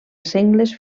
sengles